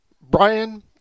Brian